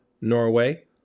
Norway